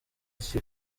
iki